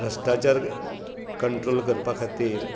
भ्रश्टाचार कंट्रोल करपा खातीर